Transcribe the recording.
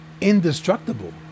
indestructible